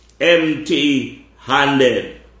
empty-handed